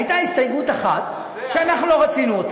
הייתה הסתייגות אחת שאנחנו לא רצינו.